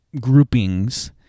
groupings